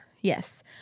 Yes